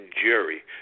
jury